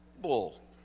Bull